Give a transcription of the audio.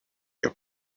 you